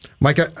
Mike